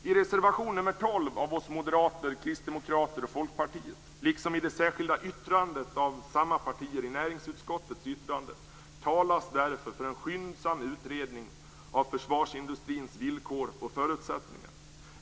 I reservation nr 12 från oss moderater, kristdemokraterna och Folkpartiet, liksom i det särskilda yttrandet av samma partier i näringsutskottets yttrande, talas det därför för en skyndsam utredning av försvarsindustrins villkor och förutsättningar.